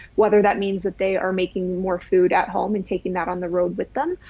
whether that means that they are making more food at home and taking that on the road with them,